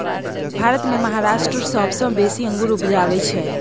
भारत मे महाराष्ट्र सबसँ बेसी अंगुर उपजाबै छै